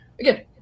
again